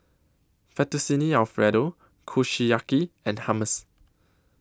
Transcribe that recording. Fettuccine Alfredo Kushiyaki and Hummus